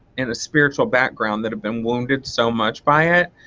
and a spiritual background that have been wounded so much by it,